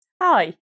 Hi